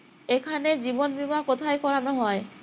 এখানে জীবন বীমা কোথায় করানো হয়?